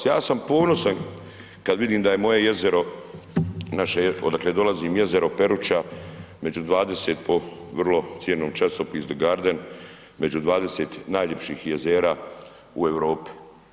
Ja sam ponosan kad vidim da je moje jezero, naše, odakle dolazim jezero Peruča, među 20 po vrlo cijenjenom časopisu The Garden, među 20 najljepših jezera u Europi.